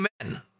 amen